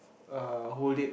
uh hold it